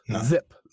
Zip